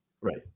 right